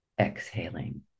exhaling